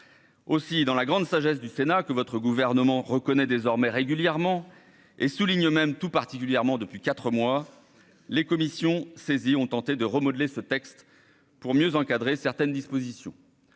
aussi dans la grande sagesse du Sénat que votre gouvernement reconnaît désormais régulièrement et souligne même tout particulièrement depuis 4 mois, les commissions saisies ont tenté de remodeler ce texte pour mieux encadrer certaines dispositions,